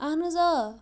اہَن حظ آ